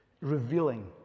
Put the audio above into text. revealing